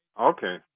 Okay